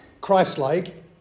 Christ-like